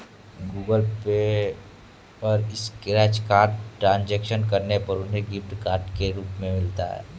Google Pay पर scratch card transaction करने पर उन्हें गिफ्ट कार्ड के रूप में मिलता है